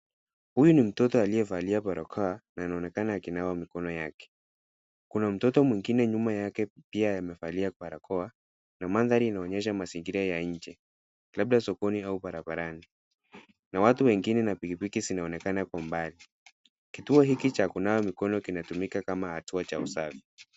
Huyu ni mtoto aliyevalia barakoa na anaonekana akinawa mikono yake. Kuna mtoto mwingine nyuma yake pia, amevalia barakoa na mandhari inaonyesha mazingira ya nje, labda sokoni au barabarani. Kuna watu wengine na pikipiki zinaonekana kwa umbali. Kituo hiki cha kunawa mikono kinatumika kama hatua ya usafi.